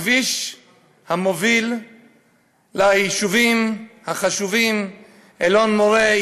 הכביש המוביל ליישובים החשובים אלון מורה,